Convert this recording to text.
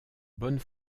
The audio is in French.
bonne